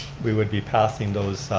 we would be passing those,